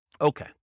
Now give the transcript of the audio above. Okay